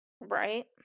Right